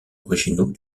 originaux